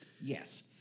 Yes